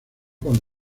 con